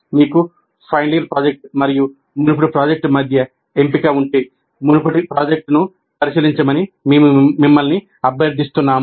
మీకు final year project మరియు మునుపటి ప్రాజెక్ట్ మధ్య ఎంపిక ఉంటే మునుపటి ప్రాజెక్ట్ను పరిశీలించమని మేము మిమ్మల్ని అభ్యర్థిస్తున్నాము